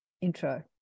intro